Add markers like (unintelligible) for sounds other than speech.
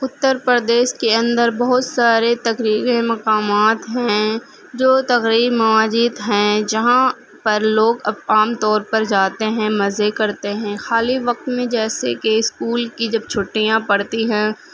اتر پردیش کے اندر بہت سارے تقریریں مقامات ہیں جو تقریب (unintelligible) ہیں جہاں پر لوگ اب عام طور پر جاتے ہیں مزے کرتے ہیں خالی وقت میں جیسے کہ اسکول کی جب چھٹیاں پڑتی ہیں